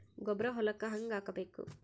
ಗೊಬ್ಬರ ಹೊಲಕ್ಕ ಹಂಗ್ ಹಾಕಬೇಕು?